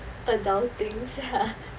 adulting